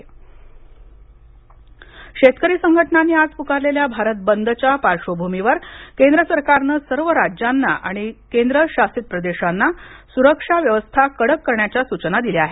भारत बंद शेतकरी संघटनांनी आज पुकारलेल्या भारत बंदच्या पार्श्वभूमीवर केंद्र सरकारनं सर्व राज्यांना आणि केंद्र शासित प्रदेशांना सुरक्षा व्यवस्था कडक करण्याच्या सूचना दिल्या आहेत